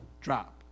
drop